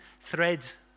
threads